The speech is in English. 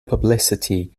publicity